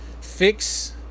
fix